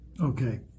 Okay